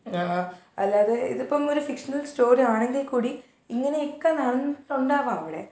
അതായത് ഇതിപ്പം ഒരു ഫിക്ഷ്ണൽ സ്റ്റോറിയാണെങ്കിൽക്കൂടി ഇങ്ങനെയൊക്കെ നടന്നിട്ടുണ്ടാവാം അവിടെ